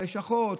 על לשכות,